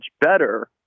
better